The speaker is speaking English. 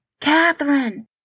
Catherine